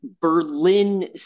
Berlin